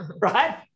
Right